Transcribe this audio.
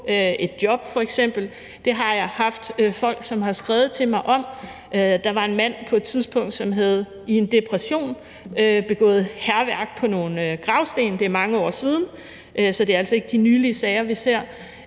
et job. Det er der folk, som har skrevet til mig om. Der var på et tidspunkt en mand, som i en depression havde begået hærværk på nogle gravsten. Det er mange år siden, så det er altså ikke de nylige sager, vi ser.